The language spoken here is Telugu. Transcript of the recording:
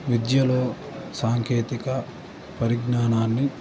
విద్యలో సాంకేతికత పరిజ్ఞానాన్ని